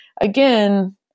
Again